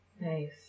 Nice